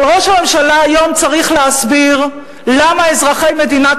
אבל ראש הממשלה היום צריך להסביר למה אזרחי מדינת